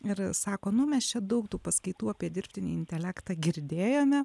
ir sako nu mes čia daug tų paskaitų apie dirbtinį intelektą girdėjome